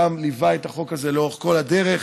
שליווה את החוק הזה לאורך כל הדרך.